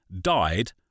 died